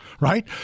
right